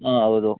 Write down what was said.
ಹಾಂ ಹೌದು